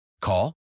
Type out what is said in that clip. Call